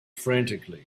frantically